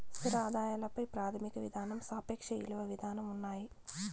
స్థిర ఆదాయాల పై ప్రాథమిక విధానం సాపేక్ష ఇలువ విధానం ఉన్నాయి